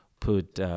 put